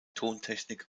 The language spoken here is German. tontechnik